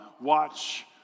watch